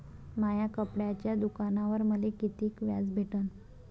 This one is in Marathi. माया कपड्याच्या दुकानावर मले कितीक व्याज भेटन?